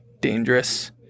dangerous